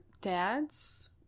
dads